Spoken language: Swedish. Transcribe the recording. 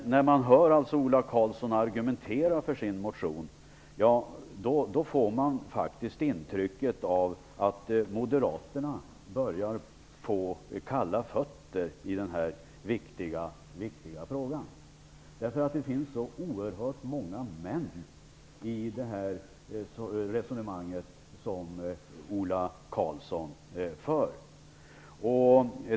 När man hör Ola Karlsson argumentera för sin motion får man faktiskt intrycket att Moderaterna börjar få kalla fötter i denna viktiga fråga. Det finns så oerhört många "men" i resonemanget som Ola Karlsson för.